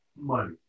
money